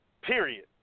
Period